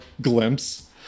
glimpse